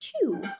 two